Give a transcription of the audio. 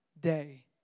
day